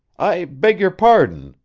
i beg your pardon,